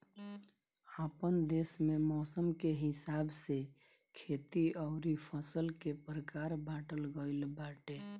आपन देस में मौसम के हिसाब से खेती अउरी फसल के प्रकार बाँटल गइल बाटे